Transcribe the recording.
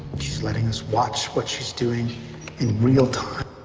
she's letting us watch what she's doing in real time.